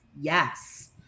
Yes